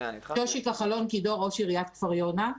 שמי שושי כחלון כידור, ראש עיריית כפר יונה.